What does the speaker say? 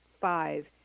five